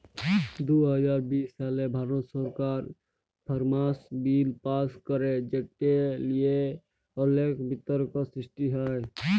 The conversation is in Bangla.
দু হাজার বিশ সালে ভারত সরকার ফার্মার্স বিল পাস্ ক্যরে যেট লিয়ে অলেক বিতর্ক সৃষ্টি হ্যয়